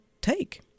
take